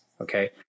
okay